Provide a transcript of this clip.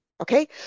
Okay